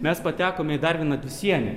mes patekome į dar vieną dvisienį